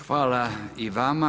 Hvala i vama.